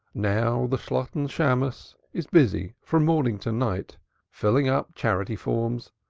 now the shalotten shammos is busy from morning to night filling up charity-forms,